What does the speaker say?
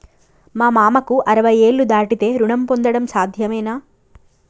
మా మామకు అరవై ఏళ్లు దాటితే రుణం పొందడం సాధ్యమేనా?